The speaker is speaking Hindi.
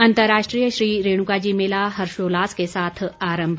अंतर्राष्ट्रीय श्री रेणुका जी मेला हर्षोल्लास के साथ आरम्भ